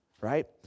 right